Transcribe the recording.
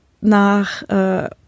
nach